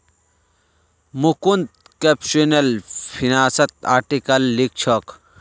Mukund computational फिनांसत article लिखछोक